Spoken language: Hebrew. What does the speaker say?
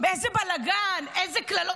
איזה בלגן, איזה קללות?